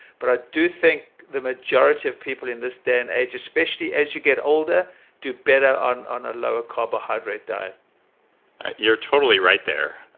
but i do think the majority of people in this day and age especially as you get older do better on on a lower carbohydrate diet you're totally right there.